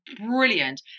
brilliant